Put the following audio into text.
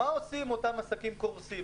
מה עושים אותם עסקים קורסים?